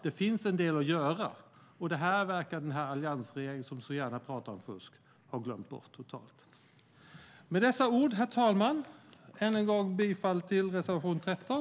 Det finns en del att göra, och det här verkar den här alliansregeringen, som så gärna pratar om fusk, ha glömt bort totalt. Med dessa ord, herr talman, yrkar jag än en gång bifall till reservation 13.